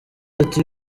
ati